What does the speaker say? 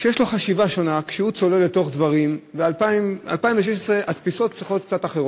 ואשר מאפשרת לאם ולפעוט עם עיכוב התפתחותי או